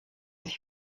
sich